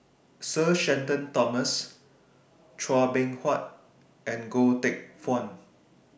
Sir Shenton Thomas Chua Beng Huat and Goh Teck Phuan